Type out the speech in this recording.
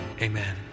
amen